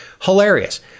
Hilarious